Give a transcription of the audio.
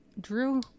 drew